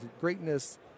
Greatness